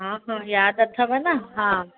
हा हा यादि अथव न हा